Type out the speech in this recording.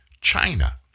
China